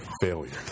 failure